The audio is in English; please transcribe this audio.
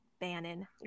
bannon